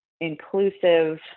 inclusive